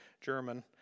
German